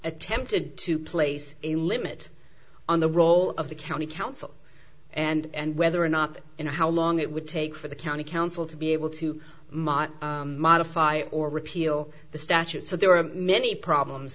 attempted to place a limit on the role of the county council and whether or not you know how long it would take for the county council to be able to model modify or repeal the statute so there are many problems